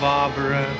Barbara